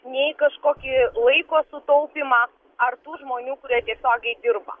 nei kažkokį laiko sutaupymą ar tų žmonių kurie tiesiogiai dirba